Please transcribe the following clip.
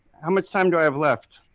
how much time do i have left?